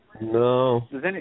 No